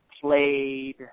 played